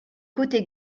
côté